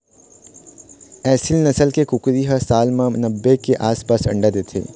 एसील नसल के कुकरी ह साल म नब्बे के आसपास अंडा देथे